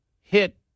hit